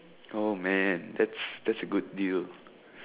oh man that's that's a good deal